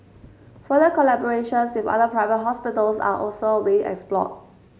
further collaborations with other private hospitals are also being explored